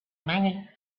money